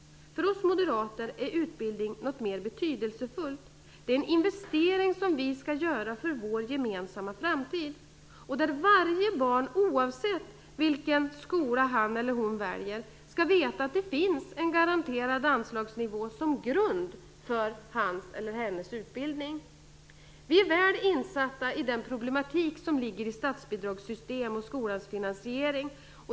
För oss moderater är utbildning något mera betydelsefullt. Utbildning är en investering som vi skall göra för vår gemensamma framtid. Varje barn, oavsett vilken skola som han hennes utbildning. Vi är väl insatta i den problematik som ligger i statsbidragssystem och i skolans finansiering.